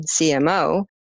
CMO